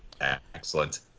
excellent